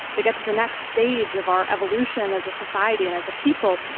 to get to the next stage of our evolution as a society and as a people.